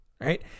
right